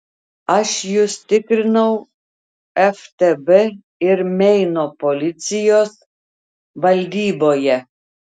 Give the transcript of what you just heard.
aš jus tikrinau ftb ir meino policijos valdyboje